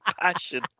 passion